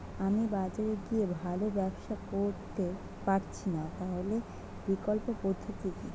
আমি বাজারে গিয়ে ভালো ব্যবসা করতে পারছি না তাহলে বিকল্প পদ্ধতি কি?